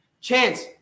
Chance